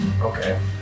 Okay